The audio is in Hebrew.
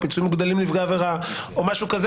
פיצויים מוגדלים לנפגעי עבירה או משהו כזה,